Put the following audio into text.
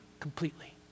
completely